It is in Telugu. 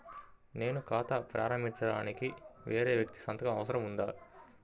నేను ఖాతా ప్రారంభించటానికి వేరే వ్యక్తి సంతకం అవసరం ఉందా?